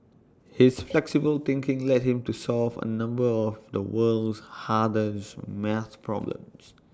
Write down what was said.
his flexible thinking led him to solve A number of the world's hardest maths problems